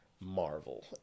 Marvel